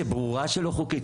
שברורה שלא חוקית,